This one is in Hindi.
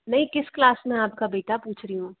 नहीं किस क्लास में है आपका बेटा पूछ रही हूँ